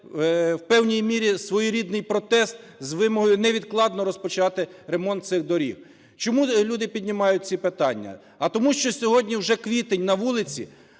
в певній мірі своєрідний протест з вимогою невідкладно розпочати ремонт цих доріг. Чому люди піднімають ці питання? А тому що сьогодні уже квітень на вулиці,